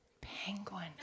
Penguin